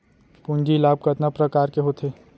पूंजी लाभ कतना प्रकार के होथे?